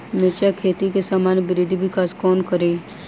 मिर्चा खेती केँ सामान्य वृद्धि विकास कोना करि?